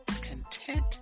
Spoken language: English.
content